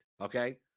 okay